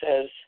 says